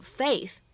faith